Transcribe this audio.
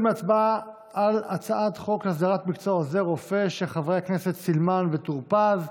8) (הסדרת העיסוק במקצועות הבריאות עוזר רופא ודימותנות רפואית),